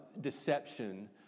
deception